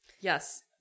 Yes